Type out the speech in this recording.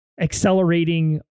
accelerating